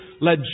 led